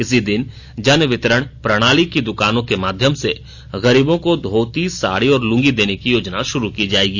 इसी दिन जन वितरण प्रणाली की दुकानों के माध्यम से गरीबों को धोती साड़ी और लूंगी देने की योजना शुरू की जाएगी